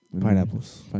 Pineapples